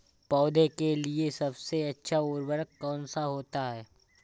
पौधे के लिए सबसे अच्छा उर्वरक कौन सा होता है?